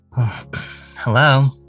Hello